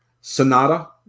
sonata